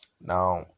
Now